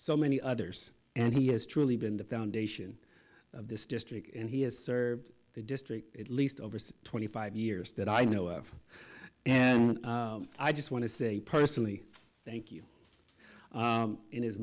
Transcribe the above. so many others and he has truly been the foundation of this district and he has served the district at least over some twenty five years that i know of and i just want to say personally thank you